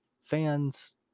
fans